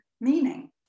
meaning